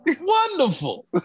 wonderful